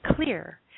clear